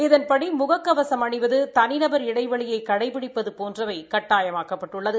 இதன்படி முக கவசம் அணிவது தனிநபர் இடைவெளியை கடைபிடிப்பது போன்றவை கட்டாயமாக்கப்பட்டுள்ளது